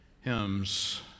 hymns